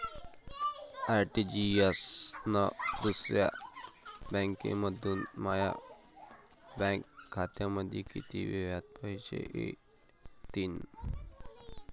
RTGS न दुसऱ्या बँकेमंधून माया बँक खात्यामंधी कितीक वेळातं पैसे येतीनं?